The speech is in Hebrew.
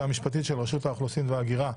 המשפטית של רשות האוכלוסין וההגירה.